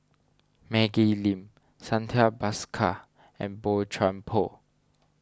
Maggie Lim Santha Bhaskar and Boey Chuan Poh